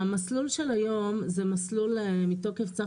המסלול של היום הוא מסלול מתוקף צו